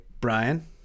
Brian